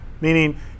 meaning